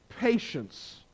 patience